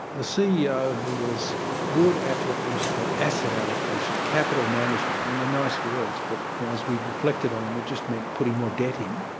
the ceo who was good at what they used to call asset allocation, capital management, i mean they're nice words, but as we've reflected on them, it just meant putting more debt in,